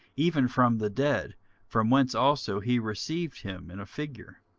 even from the dead from whence also he received him in a figure.